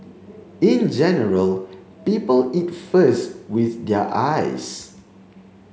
in general people eat first with their eyes